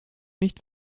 nicht